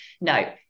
No